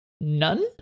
none